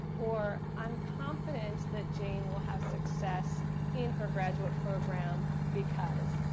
or i'm confident that jane will have success in her graduate program because.